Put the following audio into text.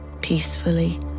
peacefully